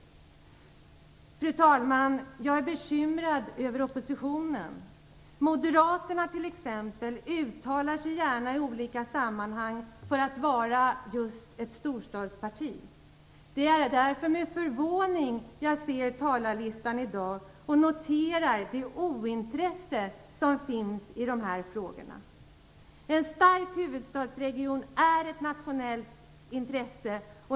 Fru talman! Jag är bekymrad över oppositionen. Moderaterna t.ex. uttalar sig gärna i olika sammanhang för att vara just ett storstadsparti. Det är därför med förvåning jag ser talarlistan i dag och noterar det ointresse som finns i de här frågorna. En stark huvudstadsregion är ett nationellt intresse.